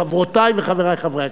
חברותי וחברי חברי הכנסת,